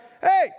Hey